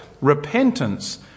repentance